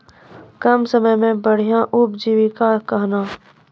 कम समय मे बढ़िया उपजीविका कहना?